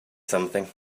something